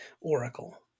oracle